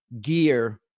gear